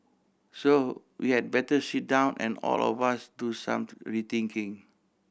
so we had better sit down and all of us do some rethinking